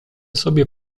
sobie